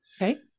Okay